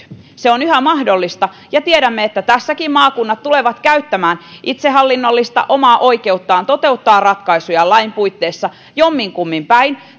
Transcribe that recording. se on yhä mahdollista ja tiedämme että tässäkin maakunnat tulevat käyttämään omaa itsehallinnollista oikeuttaan toteuttaa ratkaisujaan lain puitteissa jomminkummin päin